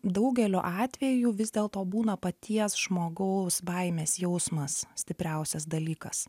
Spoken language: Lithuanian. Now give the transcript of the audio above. daugeliu atvejų vis dėl to būna paties žmogaus baimės jausmas stipriausias dalykas